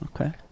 Okay